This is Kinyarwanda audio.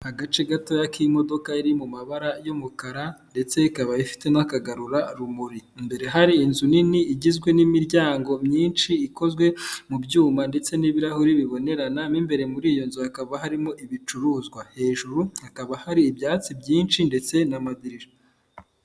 Agace gatoya k'imodoka iri mu mabara y'umukara ndetse ikaba ifite n'akagarurarumuri, imbere hari inzu nini igizwe n'imiryango myinshi ikozwe mu byuma ndetse n'ibirahuri bibonerana mo imbere muri iyo nzu, hakaba harimo ibicuruzwa, hejuru hakaba hari ibyatsi byinshi ndetse n'amadirisha.